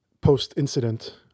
post-incident